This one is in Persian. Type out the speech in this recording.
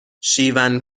شیون